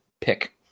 pick